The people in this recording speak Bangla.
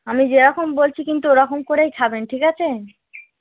আমি যেরকম বলছি কিন্তু ওরকম করেই খাবেন ঠিক আছে